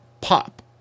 pop